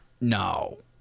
No